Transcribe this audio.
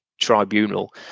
tribunal